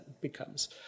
becomes